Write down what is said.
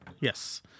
Yes